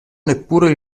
neppure